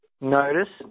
Notice